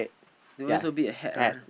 don't wear so big a hat ah